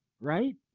right